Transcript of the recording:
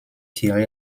tiré